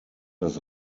das